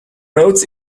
brought